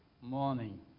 morning